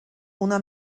una